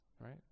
right